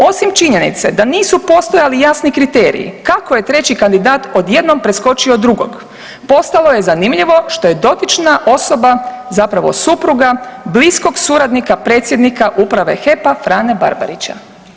Osim činjenice da nisu postojali jasni kriteriji kakio je treći kandidat odjednom preskočio drugog postalo je zanimljivo što je dotična osoba zapravo supruga bliskog suradnika predsjednika uprave HEP-a Frane Barbarića.